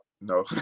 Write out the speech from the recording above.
No